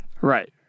Right